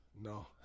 No